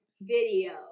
video